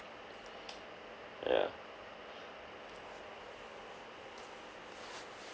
ya